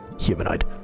humanoid